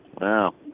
Wow